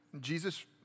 Jesus